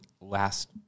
last